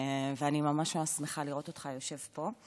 ואני ממש ממש שמחה לראות אותך יושב פה.